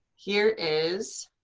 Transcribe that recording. here is,